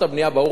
ברוך השם,